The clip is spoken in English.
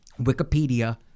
Wikipedia